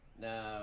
Now